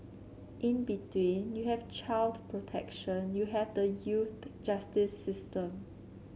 in between you have child protection you have the youth justice system